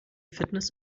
fitness